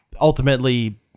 ultimately